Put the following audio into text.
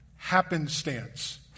happenstance